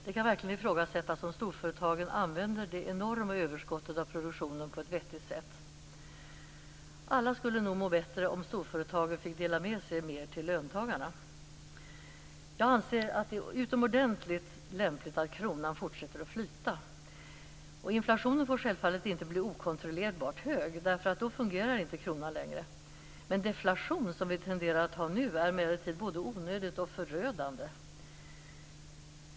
Det kan verkligen ifrågasättas om storföretagen använder det enorma överskottet av produktionen på ett vettigt sätt. Alla skulle nog må bättre om storföretagen fick dela med sig mer till löntagarna. Jag anser att det är utomordentligt lämpligt att kronan fortsätter att flyta. Inflationen får självfallet inte bli okontrollerbart hög, därför att då fungerar inte kronan längre. Deflation, som vi tenderar att ha nu, är emellertid både onödig och förödande.